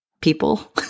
people